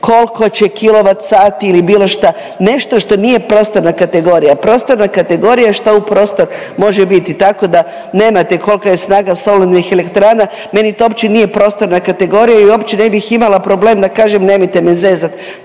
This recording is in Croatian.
kilovat sati ili bilo šta, nešto što nije prostorna kategorija. Prostorna kategorija je šta u prostor može biti, tako da nemate kolka je snaga solarnih elektrana, meni to uopće nije prostorna kategorija i uopće ne bih imala problem da kažem nemojte me zezat